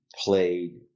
played